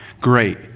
great